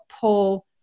pull